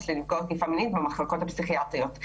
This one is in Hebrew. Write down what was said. לנפגעות תקיפה מינית במחלקות הפסיכיאטריות,